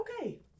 Okay